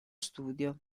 studio